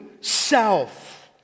self